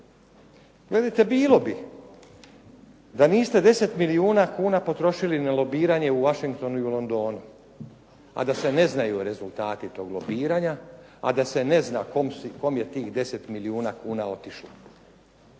Velite bilo bi, da niste 10 milijuna kuna potrošili na lobiranje u Washingtonu i Londonu a da se ne znaju rezultati tog lobiranja, a da se ne zna kome je tih 10 milijuna kuna otišlo.